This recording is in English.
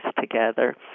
together